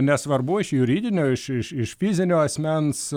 nesvarbu iš juridinio iš iš iš fizinio asmens